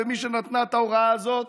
ומי שנתנה את ההוראה הזאת